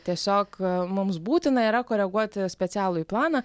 tiesiog mums būtina yra koreguoti specialųjį planą